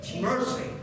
mercy